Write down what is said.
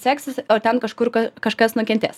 seksis o ten kažkur kažkas nukentės